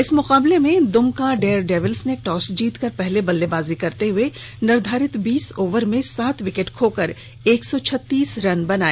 इस मुकाबले में द्मका डेयर डेविल्स ने टॉस जीत कर पहले बल्लेबाजी करते हुए निर्धारित बीस ओवर में सात विकेट खोकर एक सौ छत्तीस रन बनाए